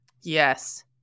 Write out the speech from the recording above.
Yes